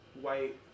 white